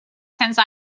since